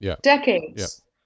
decades